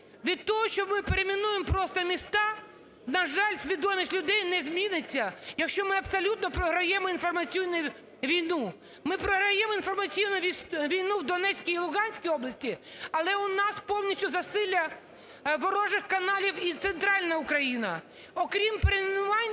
Від того, що ми перейменуємо просто міста, на жаль, свідомість людей не зміниться, якщо ми абсолютно програємо інформаційну війну. Ми програємо інформаційну війну в Донецькій і Луганській області, але у нас повністю засилля ворожих каналів і Центральна Україна. Окрім перейменувань,